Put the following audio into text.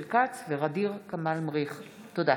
תודה.